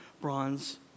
bronze